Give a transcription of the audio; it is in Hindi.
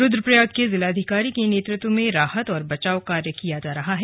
रुद्रप्रयाग के जिलाधिकारी के नेतृत्व में राहत और बचाव कार्य किया जा रहा है